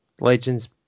Legends